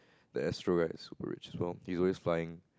that's right he's super rich well he's always flying